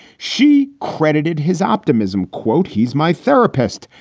she. credited his optimism, quote. he's my therapist.